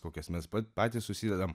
kokias mes patys susidedam